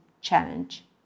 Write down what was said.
challenge